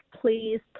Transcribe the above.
please